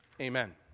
Amen